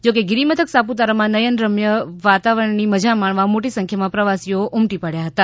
જો કે ગિરિમથક સાપુતારમાં નયનરમ્ય વાતાવારણની મજા માણવા મોટી સંખ્યામાં પ્રવાસીઓ ઉમટી પડ્યા હતાં